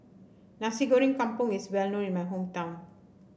Nasi Goreng Kampung is well known in my hometown